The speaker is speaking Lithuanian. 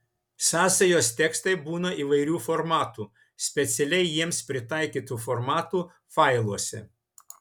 sąsajos tekstai būna įvairių formatų specialiai jiems pritaikytų formatų failuose